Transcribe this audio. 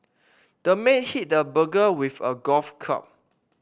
the man hit the burglar with a golf club